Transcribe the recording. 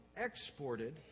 exported